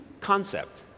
concept